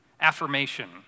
affirmation